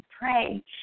pray